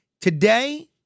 Today